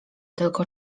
tylko